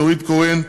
נורית קורן,